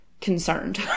concerned